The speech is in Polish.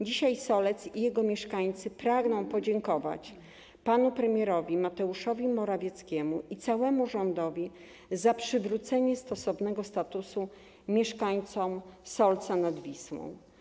Dzisiaj Solec i jego mieszkańcy pragną podziękować panu premierowi Mateuszowi Morawieckiemu i całemu rządowi za przywrócenie stosownego statusu mieszkańcom Solca nad Wisłą.